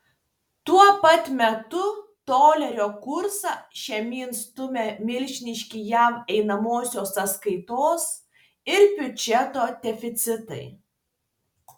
tuo pat metu dolerio kursą žemyn stumia milžiniški jav einamosios sąskaitos ir biudžeto deficitai